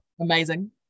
Amazing